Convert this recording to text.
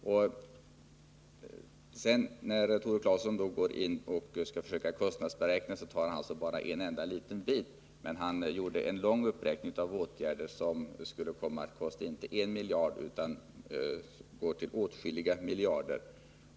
När sedan Tore Claeson skall försöka göra en kostnadsberäkning, tar han bara med en endaliten bit men gör en lång uppräkning av åtgärder som skulle komma att kosta inte bara 1 miljard utan åtskilliga miljarder.